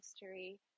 history